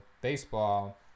baseball